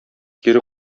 кире